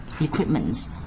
equipments